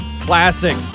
Classic